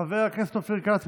חבר הכנסת אופיר כץ,